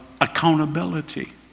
accountability